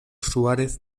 suárez